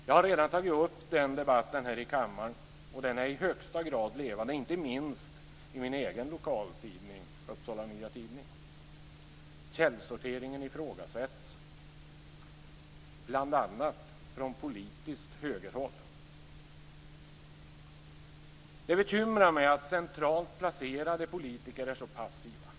Jag har redan tagit upp den debatten här i kammaren och den debatten är i högsta grad levande - inte minst i min egen lokaltidning, Upsala Nya Tidning. Källsorteringen ifrågasätts, bl.a. från politiskt högerhåll. Det bekymrar mig att centralt placerade politiker är så passiva.